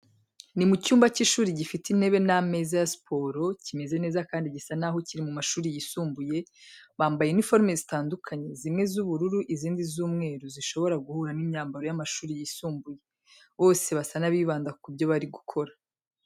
Ni mu cyumba cy’ishuri gifite intebe n’ameza ya siporo, kimeze neza kandi gisa naho kiri mu mashuri yisumbuye, bambaye uniforme zitandukanye zimwe z’ubururu, izindi z’umweru zishobora guhura n’imyambaro y’amashuri yisumbuye. Bose basa n’abibanda ku byo barimo gukora.